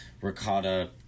ricotta